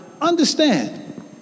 understand